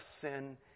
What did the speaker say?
sin